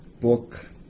book